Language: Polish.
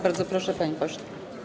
Bardzo proszę, panie pośle.